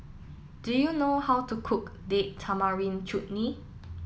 do you know how to cook Date Tamarind Chutney